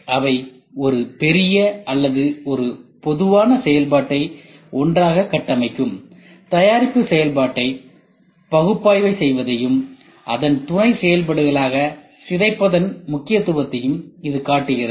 அவை ஒரு பெரிய அல்லது ஒரு பொதுவான செயல்பாட்டை ஒன்றாக கட்டமைக்கும் தயாரிப்பு செயல்பாட்டை பகுப்பாய்வு செய்வதையும் மற்றும் துணை செயல்பாடுகளாக சிதைப்பதன் முக்கியத்துவத்தையும் இது காட்டுகிறது